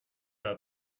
our